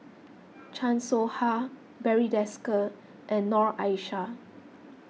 Chan Soh Ha Barry Desker and Noor Aishah